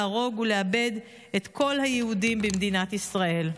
להרוג ולאבד את כל היהודים במדינת ישראל.